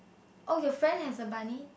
oh your friend has a bunny